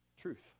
truth